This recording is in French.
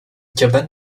cabane